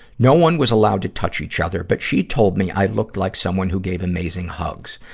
no one was allowed to touch each other, but she told me i looked like someone who gave amazing hugs.